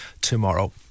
tomorrow